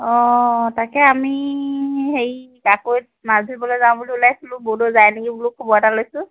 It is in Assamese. তাকে আমি হেৰি জাকৈত মাছ ধৰিবলৈ যাওঁ বুলি ওলাইছিলোঁ বৌদ' যায় নেকি বোলো খবৰ এটা লৈছোঁ